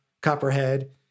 Copperhead